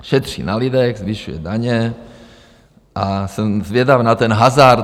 Šetří na lidech, zvyšuje daně a jsem zvědavý na ten hazard.